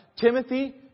Timothy